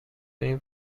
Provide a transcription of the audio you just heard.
این